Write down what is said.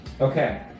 Okay